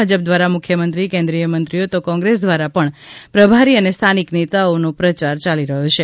ભાજપ દ્વારા મુખ્યમંત્રી કેન્દ્રીય મંત્રીઓ તો કોંગ્રેસ દ્વારા પણ પ્રભારી અને સ્થાનિક નેતાઓનો પ્રચાર ચાલી રહ્યો છે